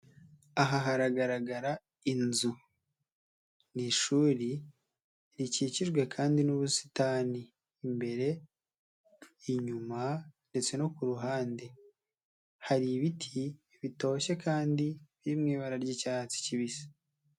Aha haragaragara inzu, ni ishuri rikikijwe kandi n'ubusitani imbere, inyuma ndetse no ku ruhande, hari ibiti bitoshye kandi biri mu ibara ry'icyatsi kibisi.